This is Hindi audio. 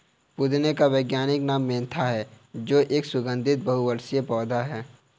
पुदीने का वैज्ञानिक नाम मेंथा है जो एक सुगन्धित बहुवर्षीय पौधा है